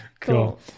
Cool